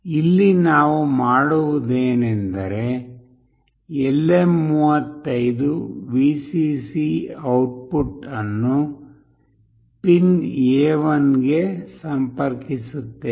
ಇಲ್ಲಿ ನಾವು ಮಾಡುವುದೇನೆಂದರೆ LM35 VCC ಔಟ್ಪುಟ್ ಅನ್ನು pin A1ಗೆ ಸಂಪರ್ಕಿಸುತ್ತೇವೆ